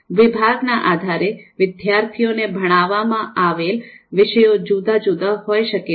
વિભાગ ના આધારે વિદ્યાર્થીઓને ભણવામાં આવેલ વિષયો જુદા જુદા હોઈ શકે છે